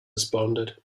responded